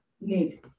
need